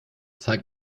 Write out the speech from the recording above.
zeig